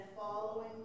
following